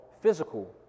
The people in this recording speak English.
physical